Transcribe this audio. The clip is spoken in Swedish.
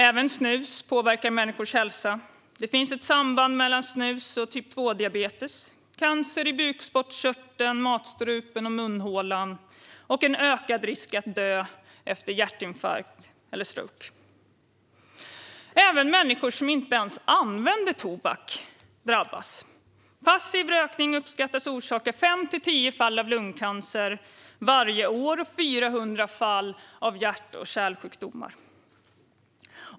Även snus påverkar människors hälsa. Det finns ett samband mellan snus och typ 2-diabetes, cancer i bukspottkörteln, matstrupen och munhålan och en ökad risk att dö efter hjärtinfarkt eller stroke. Även människor som inte ens använder tobak drabbas. Passiv rökning uppskattas orsaka fem till tio fall av lungcancer varje år och 400 fall av hjärt-kärlsjukdomar.